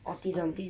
autism